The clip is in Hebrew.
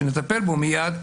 שנטפל בו מייד,